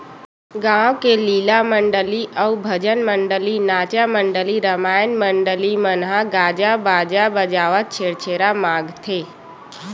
गाँव के लीला मंडली अउ भजन मंडली, नाचा मंडली, रमायन मंडली मन ह गाजा बाजा बजावत छेरछेरा मागथे